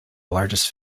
largest